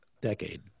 decade